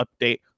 update